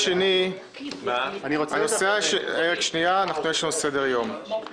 אנחנו עוברים לנושא של הרכב הוועדה המשותפת לוועדה